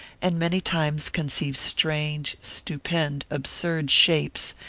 and many times conceive strange, stupend, absurd shapes,